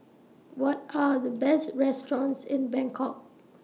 What Are The Best restaurants in Bangkok